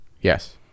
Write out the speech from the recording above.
Yes